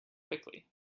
quickly